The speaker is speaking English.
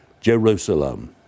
Jerusalem